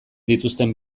dituzten